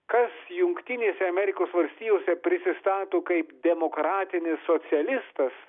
kas jungtinėse amerikos valstijose prisistato kaip demokratinis socialistas